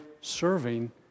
serving